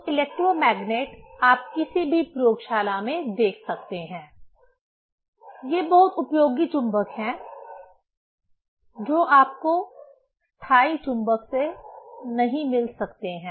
तो इलेक्ट्रोमैग्नेट आप किसी भी प्रयोगशाला में देख सकते हैं ये बहुत उपयोगी चुंबक हैं जो आपको स्थायी चुंबक से नहीं मिल सकते हैं